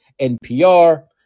NPR